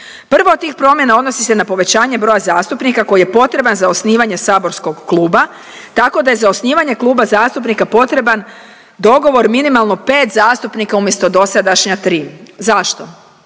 Prva od tih promjena odnosi se na povećanje broja zastupnika koji je potreban za osnivanje saborskog kluba, tako da je za osnivanje kluba zastupnika potreban dogovor minimalno 5 zastupnika umjesto dosadašnja 3. Zašto?